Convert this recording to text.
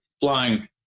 flying